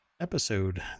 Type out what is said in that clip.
episode